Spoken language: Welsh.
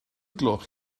gloch